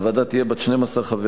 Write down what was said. הוועדה תהיה בת 12 חברים,